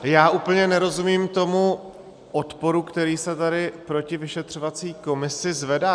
Já úplně nerozumím tomu odporu, který se tady proti vyšetřovací komisi zvedá.